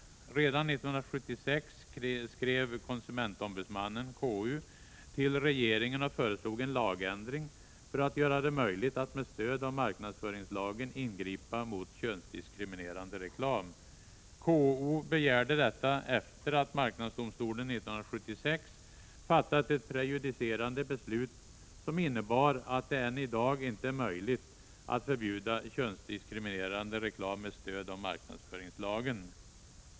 Redan 1976 skrev konsumentombudsmannen till regeringen och föreslog en lagändring för att göra det möjligt att med stöd av marknadsföringslagen ingripa mot könsdiskriminerande reklam. KO begärde detta efter det att marknadsdomstolen 1976 fattat ett prejudicerande beslut, som innebar att det än i dag inte är möjligt att förbjuda könsdiskriminerande reklam med stöd av marknadsföringslagen.